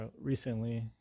recently